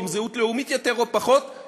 עם זהות לאומית יותר או פחות,